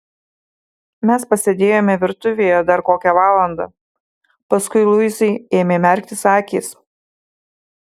mes pasėdėjome virtuvėje dar kokią valandą paskui luizai ėmė merktis akys